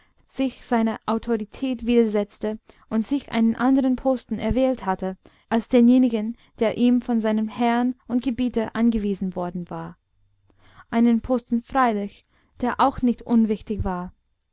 sich seiner autorität widersetzte und sich einen anderen posten erwählt hatte als denjenigen der ihm von seinem herrn und gebieter angewiesen worden war einen posten freilich der auch nicht unwichtig war